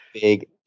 Big